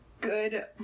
good